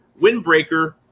windbreaker